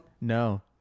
No